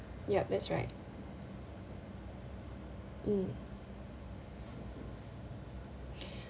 yup that's right mm